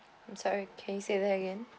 I'm sorry can you say that again